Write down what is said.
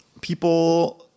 people